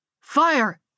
Fire